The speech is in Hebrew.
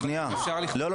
לא,